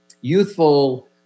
youthful